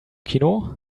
kino